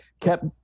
kept